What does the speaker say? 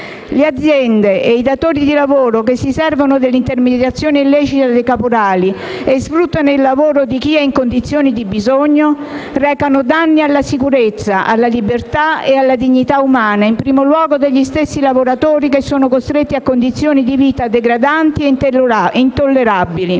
Le aziende e i datori di lavoro che si servono dell'intermediazione illecita dei caporali e sfruttano il lavoro di chi è in condizioni di bisogno, recano danni alla sicurezza, alla libertà ed alla dignità umana, in primo luogo degli stessi lavoratori che sono costretti a condizioni di vita degradanti ed intollerabili.